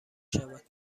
شود